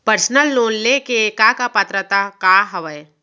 Personal loan ले के का का पात्रता का हवय?